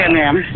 ma'am